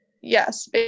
Yes